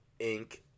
Inc